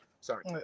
Sorry